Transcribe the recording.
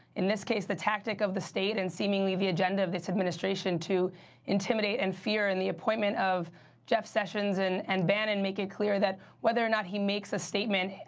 in this case, the tactic of the state and, seemingly, the agenda of this administration to intimidate and fear. and the appointment of jeff sessions and and bannon make it clear that whether or not he makes a statement,